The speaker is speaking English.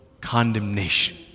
condemnation